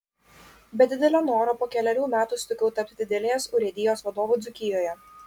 be didelio noro po kelerių metų sutikau tapti didelės urėdijos vadovu dzūkijoje